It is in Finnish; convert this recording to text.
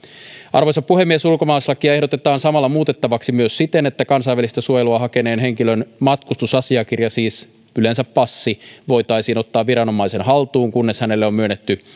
arvoisa puhemies ulkomaalaislakia ehdotetaan samalla muutettavaksi myös siten että kansainvälistä suojelua hakeneen henkilön matkustusasiakirja siis yleensä passi voitaisiin ottaa viranomaisen haltuun kunnes hänelle on myönnetty